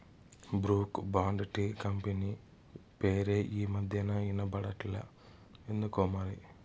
Brooke Bond tea company పేరే ఈ మధ్యనా ఇన బడట్లా ఎందుకోమరి